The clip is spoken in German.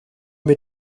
mit